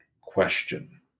question